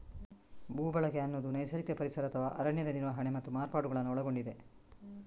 ಭೂ ಬಳಕೆ ಅನ್ನುದು ನೈಸರ್ಗಿಕ ಪರಿಸರ ಅಥವಾ ಅರಣ್ಯದ ನಿರ್ವಹಣೆ ಮತ್ತು ಮಾರ್ಪಾಡುಗಳನ್ನ ಒಳಗೊಂಡಿದೆ